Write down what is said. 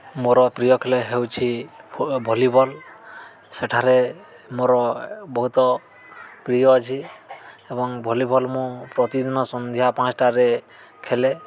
ମୋର ପ୍ରିୟ ଖେଳ ହେଉଛି ଭଲିବଲ୍ ସେଠାରେ ମୋର ବହୁତ ପ୍ରିୟ ଅଛି ଏବଂ ଭଲିବଲ୍ ମୁଁ ପ୍ରତିଦିନ ସନ୍ଧ୍ୟା ପାଞ୍ଚଟାରେ ଖେଳେ